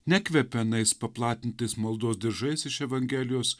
nekvepia anais paplatintais maldos diržais iš evangelijos